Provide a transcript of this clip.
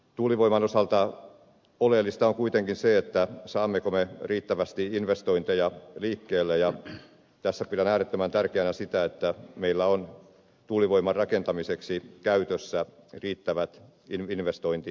tuulivoiman osalta oleellista on kuitenkin se saammeko me riittävästi investointeja liikkeelle ja tässä pidän äärettömän tärkeänä sitä että meillä on tuulivoiman rakentamiseksi käytössä riittävät investointituet